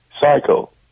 cycle